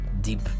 deep